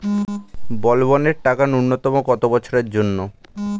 বলবনের টাকা ন্যূনতম কত বছরের জন্য?